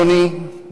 אדוני,